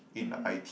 mmhmm